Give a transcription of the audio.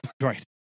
Right